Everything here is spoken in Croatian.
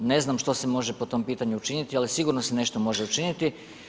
Ne znam što se može po tom pitanju učiniti, ali sigurno se nešto može učiniti.